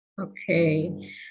Okay